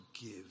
give